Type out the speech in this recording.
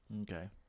Okay